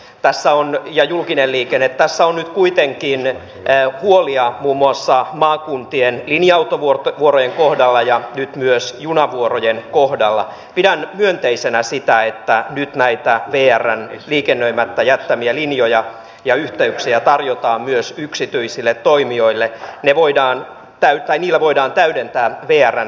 tässä on ja julkinen liikenne tässä on kuitenkin eu huolia muun muassa maakuntien linja autovuorot vuoren kohdalla ja nyt myös junavuorojen kohdalla pidän myönteisenä sitä että nyt näitä vieraan liikennöimättä jättämiä linjoja ja yhteyksiä tarjotaan myös yksityisille toimijoille ne voidaan täyttää niillä voidaan täydentää viereen